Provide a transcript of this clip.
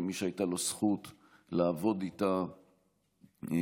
כמי שהייתה לו הזכות לעבוד איתה תקופה